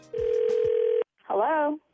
Hello